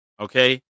Okay